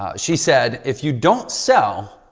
ah she said, if you don't sell,